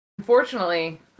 Unfortunately